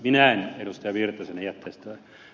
minä en ed